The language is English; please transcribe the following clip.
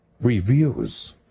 reviews